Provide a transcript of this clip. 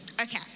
Okay